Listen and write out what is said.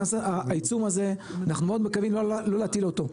העיצום הזה אנחנו מאוד מקווים לא להטיל אותו,